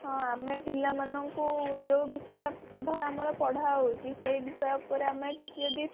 ହଁ ଆମେ ପିଲାମାନଙ୍କୁ ଯେଉଁ ବିଷୟ ଧର ଆମର ପଢ଼ା ହେଉଛି ସେଇ ବିଷୟ ଉପରେ ଆମେ କିଛି ଯଦି